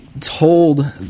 told